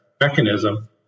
mechanism